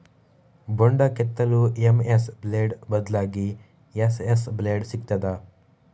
ಬೊಂಡ ಕೆತ್ತಲು MS blade ಬದ್ಲಾಗಿ ಎಸ್.ಎಸ್ ಬ್ಲೇಡ್ ಸಿಕ್ತಾದ?